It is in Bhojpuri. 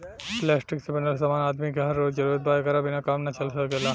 प्लास्टिक से बनल समान आदमी के हर रोज जरूरत बा एकरा बिना काम ना चल सकेला